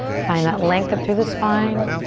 find that length up through the spine.